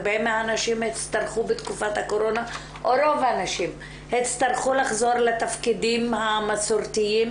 רוב הנשים בתקופת הקורונה הצטרכו לחזור לתפקידים המסורתיים,